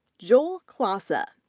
joel klasa,